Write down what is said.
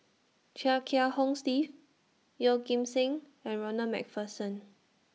Chia Kiah Hong Steve Yeoh Ghim Seng and Ronald MacPherson